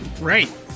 Right